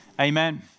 Amen